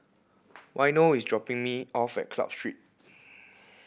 Waino is dropping me off at Club Street